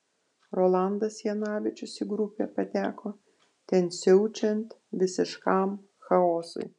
rolandas janavičius į grupę pateko ten siaučiant visiškam chaosui